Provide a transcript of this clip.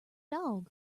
dog